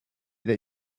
that